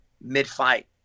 mid-fight